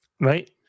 right